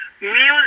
music